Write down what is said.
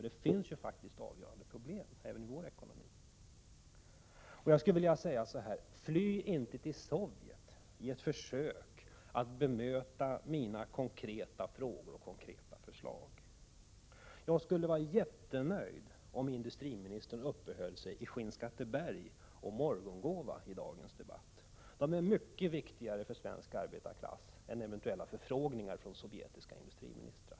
Det finns ju faktiskt avgörande problem även i vår ekonomi. Jag skulle vilja säga: Fly inte till Sovjet i ett försök att bemöta mina konkreta frågor och förslag! Jag skulle vara mycket nöjd om industriministern uppehöll sig i Skinnskatteberg och Morgongåva i dagens debatt. De orterna är mycket viktigare för svensk arbetarklass än eventuella förfrågningar från sovjetiska industriministrar.